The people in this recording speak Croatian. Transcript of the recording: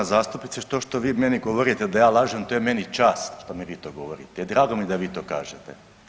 Poštovana zastupnice to što vi meni govorite da ja lažem to je meni čast što mi vi to govorite i drago mi je da vi to kažete.